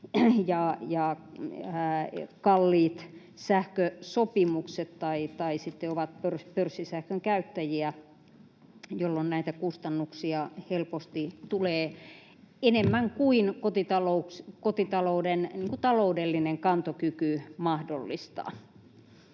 kalliit sähkösopimukset tai jotka ovat pörssisähkön käyttäjiä, jolloin näitä kustannuksia helposti tulee enemmän kuin kotitalouden taloudellinen kantokyky mahdollistaa.